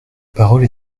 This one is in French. parole